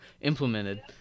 Implemented